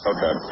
Okay